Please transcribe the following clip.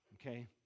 Okay